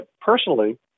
personally